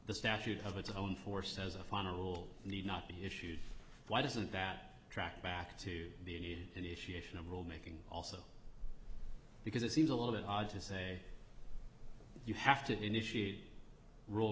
the statute of its own force says a final need not be issued why doesn't that track back to the initiation of rule making also because it seems a little bit odd to say you have to initiate